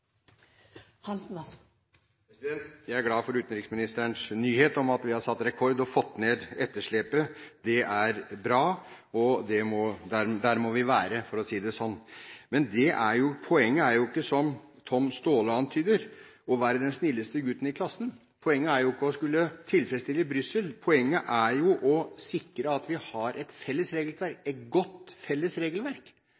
glad for utenriksministerens nyhet om at vi har satt rekord og fått ned etterslepet. Det er bra, og der må vi være – for å si det sånn. Men poenget er ikke som Tom Staahle antyder, å være den snilleste gutten i klassen. Poenget er ikke å skulle tilfredsstille Brussel. Poenget er å sikre at vi har et felles